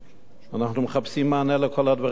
אנחנו מחפשים מענה לכל הדברים האלה.